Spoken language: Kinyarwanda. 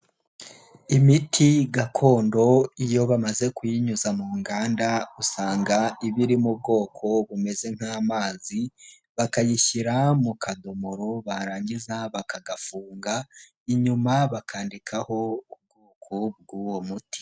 Imiti gakondo, iyo bamaze kuyinyuza mu nganda, usanga iba iri mu bwoko bumeze nk'amazi, bakayishyira mu kadomoro, barangiza bakagafunga, inyuma bakandikaho ubwoko bw'uwo muti.